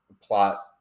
plot